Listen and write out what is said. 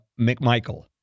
McMichael